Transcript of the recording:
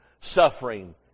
suffering